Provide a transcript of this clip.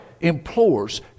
implores